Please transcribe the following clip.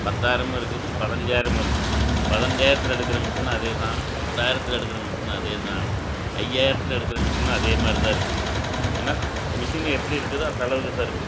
பத்தாயிரமும் இருக்குது பதினஞ்சாயிரமும் இருக்குது பதினஞ்சாயிரத்தில் எடுக்கிற மிஷினும் அதே தான் பத்தாயிரத்தில் எடுக்கிற மிஷினும் அதே தான் ஐயாயிரத்தில் எடுக்கிற மிஷினும் அதே மாதிரி தான் இருக்குது ஏன்னா மிஷினை எப்படி இருக்குதோ அந்த அளவுக்கு தான் இருக்கும்